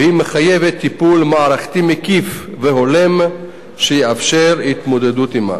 והיא מחייבת טיפול מערכתי מקיף והולם שיאפשר התמודדות עמה.